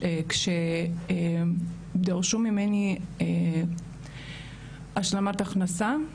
שדרשו ממני השלמת הכנסה,